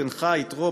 חותנך יתרו,